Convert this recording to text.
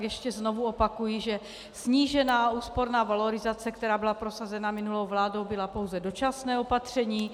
Ještě znovu opakuji, že snížená úsporná valorizace, která byla prosazena minulou vládou, bylo pouze dočasné opatření.